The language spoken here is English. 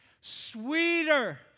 sweeter